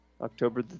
October